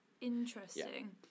Interesting